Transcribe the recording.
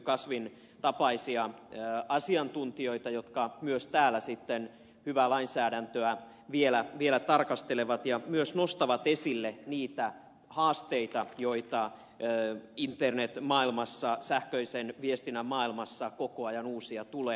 kasvin tapaisia asiantuntijoita jotka myös täällä sitten hyvää lainsäädäntöä vielä tarkastelevat ja myös nostavat esille niitä haasteita joita internet maailmassa sähköisen viestinnän maailmassa koko ajan uusia tulee